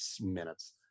minutes